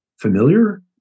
familiar